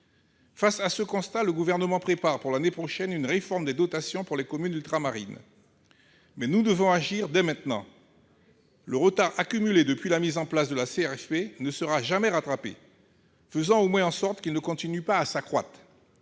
Face à ce constat, le Gouvernement prépare pour l'année prochaine une réforme des dotations pour les communes ultramarines. Mais nous devons agir dès maintenant. Le retard accumulé depuis la mise en place de la CRFP ne sera jamais rattrapé. Faisons au moins en sorte qu'il ne continue pas à s'accroître.